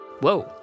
Whoa